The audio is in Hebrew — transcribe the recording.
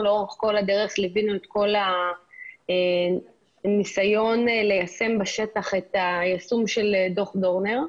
אנחנו לאורך כל הדרך ליווינו את כל הניסיון ליישם בשטח את דוח דורנר.